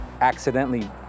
accidentally